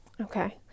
Okay